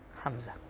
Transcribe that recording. Hamza